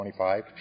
25